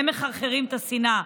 הם מחרחרים את השנאה.